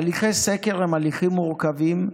הליכי סקר הם הליכים מורכבים,